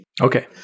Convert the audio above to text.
okay